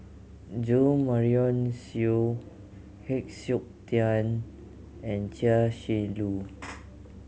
Jo Marion Seow Heng Siok Tian and Chia Shi Lu